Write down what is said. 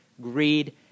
greed